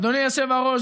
אדוני היושב-ראש,